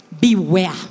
Beware